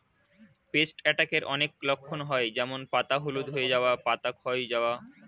paste অ্যাটাকের অনেক লক্ষণ হয় যেমন পাতা হলুদ হয়ে যাওয়া, পাতা ক্ষয় যাওয়া